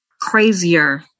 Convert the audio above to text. crazier